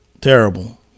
Terrible